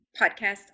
podcast